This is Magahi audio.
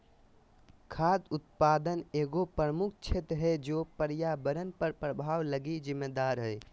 खाद्य उत्पादन एगो प्रमुख क्षेत्र है जे पर्यावरण पर प्रभाव लगी जिम्मेदार हइ